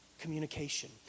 communication